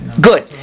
Good